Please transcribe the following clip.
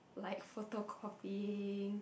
like photocopying